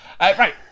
Right